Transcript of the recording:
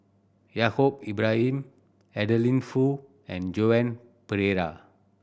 Yaacob Ibrahim Adeline Foo and Joan Pereira